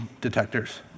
detectors